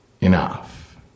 Enough